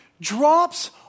drops